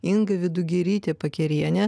inga vidugirytė pakerienė